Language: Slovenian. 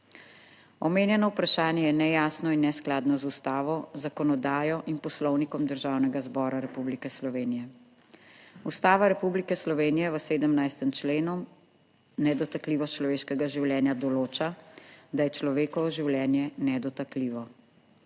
Omenjeno vprašanje je nejasno in neskladno z Ustavo, zakonodajo in Poslovnikom Državnega zbora Republike Slovenije. Ustava Republike Slovenije v 17. členu nedotakljivost človeškega življenja določa, da je človekovo življenje nedotakljivo,